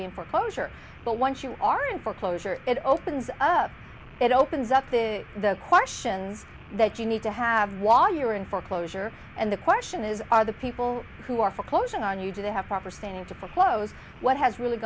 be in foreclosure but once you are in foreclosure it opens up it opens up to the questions that you need to have while you're in foreclosure and the question is are the people who are foreclosing on you do they have proper standing to for close what has really